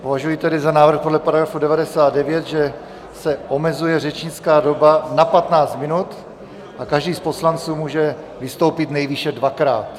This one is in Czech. Považuji ho za návrh podle § 99, že se omezuje řečnická doba na 15 minut a každý z poslanců může vystoupit nejvýše dvakrát.